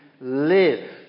live